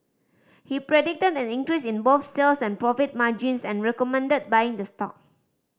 he predicted an increase in both sales and profit margins and recommended buying the stock